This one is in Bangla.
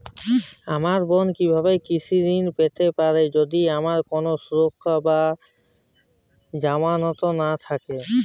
আমার বোন কীভাবে কৃষি ঋণ পেতে পারে যদি তার কোনো সুরক্ষা বা জামানত না থাকে?